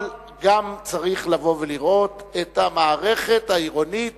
אבל גם צריך לבוא ולראות את המערכת העירונית,